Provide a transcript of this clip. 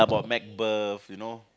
about Macbeth you know